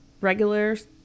regulars